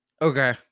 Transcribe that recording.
Okay